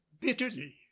bitterly